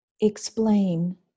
explain